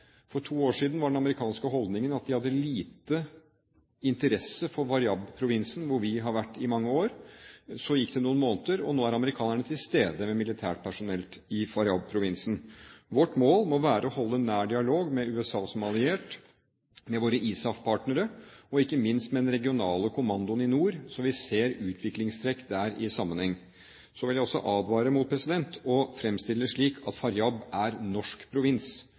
For to år siden var den amerikanske holdningen at de hadde liten interesse for Faryab-provinsen, hvor vi har vært i mange år. Så gikk det noen måneder, og nå er amerikanerne til stede med militært personell i Faryab-provinsen. Vårt mål må være å holde en nær dialog med USA som alliert, med våre ISAF-partnere og ikke minst med den regionale kommandoen i nord, slik at vi ser utviklingstrekk der i sammenheng. Så vil jeg også advare mot å fremstille det slik at Faryab er norsk provins.